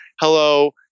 Hello